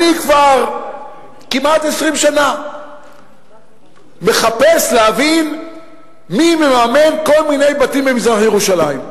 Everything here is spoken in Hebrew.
אני כבר כמעט 20 שנה מחפש להבין מי מממן כל מיני בתים במזרח-ירושלים.